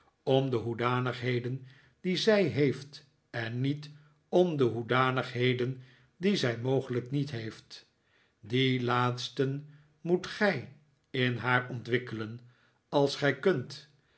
om de hoedanigheden die zij heeft en niet om de hoedanigheden die zij mogelijk niet heeft die laatsten moet gij in haar ontwikkelen als gij kunt